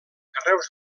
carreus